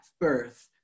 birth